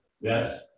yes